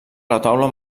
retaule